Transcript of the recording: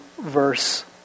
verse